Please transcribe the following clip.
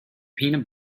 peanut